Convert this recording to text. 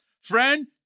Friend